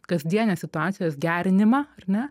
kasdienės situacijos gerinimą ar ne